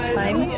time